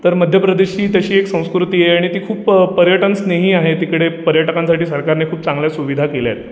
तर मध्य प्रदेशची तशी एक संस्कृती आहे आणि ती खूप पर्यटनस्नेही आहे तिकडे पर्यटकांसाठी सरकारने खूप चांगल्या सुविधा केल्या आहेत